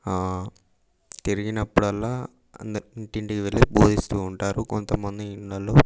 తిరిగినప్పుడల్లా అందరి ఇంటింటికి వెళ్ళి బోధిస్తూ ఉంటారు కొంతమంది ఇండ్లల్లో